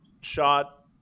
shot